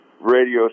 radio